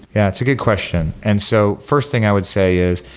yeah, it's a good question. and so first thing i would say is,